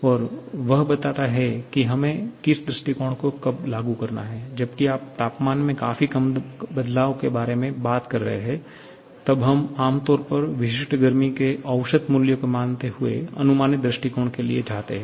और वह बताता है की हमें किस दृष्टिकोण को कब लागू करना है जबकि आप तापमान में काफी कम बदलाव के बारे में बात कर रहे हैं तब हम आम तौर पर विशिष्ट गर्मी के औसत मूल्य को मानते हुए अनुमानित दृष्टिकोण के लिए जाते हैं